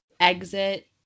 exit